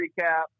recap